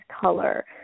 color